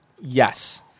Yes